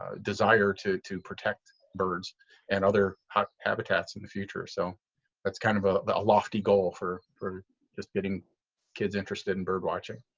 ah desire to to protect birds and other habitats in the future. so that's kind of ah a lofty goal for for just getting kids interested in bird-watching.